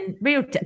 real